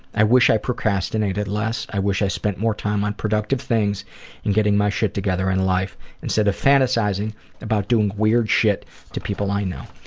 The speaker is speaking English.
i wish i procrastinated less. i wish i spent more time on productive things and getting my shit together in life instead of fantasizing about doing weird shit to people i know.